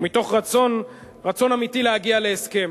מתוך רצון אמיתי להגיע להסכם.